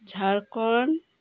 Jharkhand